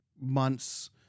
months